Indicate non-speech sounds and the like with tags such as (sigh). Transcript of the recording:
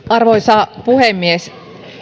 (unintelligible) arvoisa puhemies